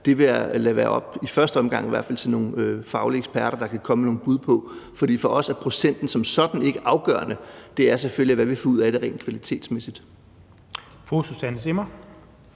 omgang lade være op til nogle faglige eksperter at komme med nogle bud. For os er procenten som sådan ikke afgørende; det er selvfølgelig, hvad vi får ud af det rent kvalitetsmæssigt. Kl. 12:04 Den